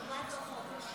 לעוד חודש.